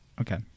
Okay